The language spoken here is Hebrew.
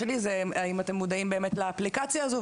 האם אתם מודעים לאפליקציה הזו?